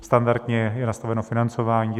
Standardně je nastaveno financování.